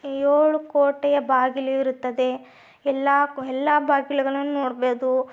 ಏಳು ಕೋಟೆಯ ಬಾಗಿಲು ಇರುತ್ತದೆ ಎಲ್ಲ ಎಲ್ಲಾ ಬಾಗಿಲುಗಳನ್ನು ನೋಡ್ಬೋ ದು